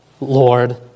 Lord